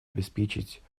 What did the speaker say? обеспечить